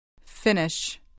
Finish